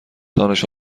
دانش